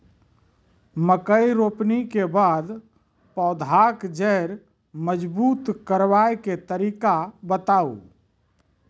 मकय रोपनी के बाद पौधाक जैर मजबूत करबा के तरीका बताऊ?